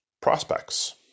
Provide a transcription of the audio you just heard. prospects